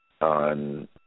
on